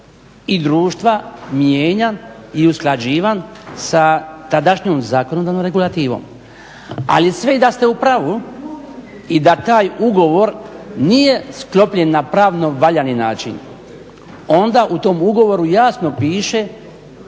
i društva mijenjan i usklađivan sa tadašnjom zakonodavnom regulativom. Ali sve i da ste u pravu i da taj ugovor nije sklopljen na pravno valjani način, onda u tom ugovoru jasno piše